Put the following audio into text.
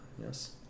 yes